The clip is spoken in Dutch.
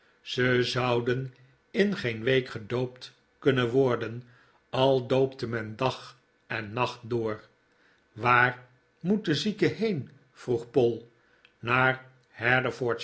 ze zouden in geen week gedoopt kunnen worden al doopte men dag en nacht door waar moet de zieke heen vroeg poll naar